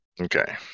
Okay